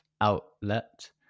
outlet